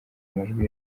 amajwi